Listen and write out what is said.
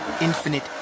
infinite